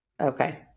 Okay